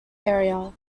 area